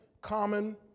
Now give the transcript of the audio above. common